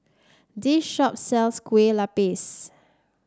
this shop sells Kueh Lapis